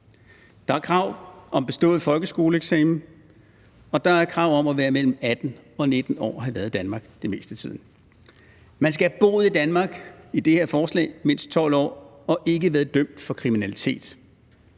Der er krav om bestået folkeskoleeksamen, og der er krav om at være mellem 18 og 19 år og have været i Danmark det meste af tiden. Man skal ifølge det her forslag have boet i Danmark i mindst 12 år og ikke have været dømt for kriminalitet.